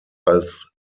als